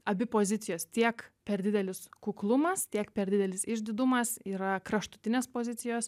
abi pozicijos tiek per didelis kuklumas tiek per didelis išdidumas yra kraštutinės pozicijos